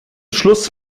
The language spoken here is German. schluss